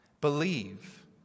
Believe